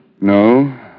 No